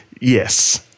Yes